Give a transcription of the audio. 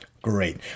Great